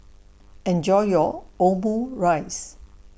Enjoy your Omurice